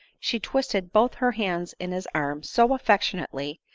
she twisted both her hands in his arm so affectionately,